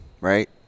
right